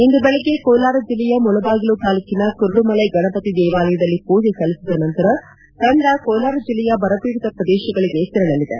ಇಂದು ಬೆಳಗ್ಗೆ ಕೋಲಾರ ಜಿಲ್ಲೆಯ ಮುಳಬಾಗಿಲು ತಾಲೂಕಿನ ಕುರುಡುಮಲೈ ಗಣಪತಿ ದೇವಾಲಯದಲ್ಲಿ ಮೂಜೆಸಲ್ಲಿಸಿದ ನಂತರ ತಂಡ ಕೋಲಾರ ಜಿಲ್ಲೆಯ ಬರ ಪೀಡಿತ ಪ್ರದೇಶಗಳಿಗೆ ತೆರಳಲಿದೆ